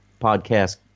podcast